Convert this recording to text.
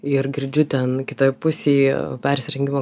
ir girdžiu ten kitoj pusėj persirengimo